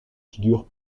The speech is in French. figurent